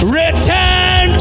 return